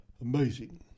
Amazing